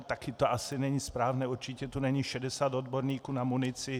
Taky to asi není správné, určitě tu není 60 odborníků na munici.